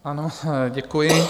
Ano, děkuji.